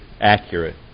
accurate